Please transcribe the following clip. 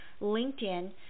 LinkedIn